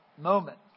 moment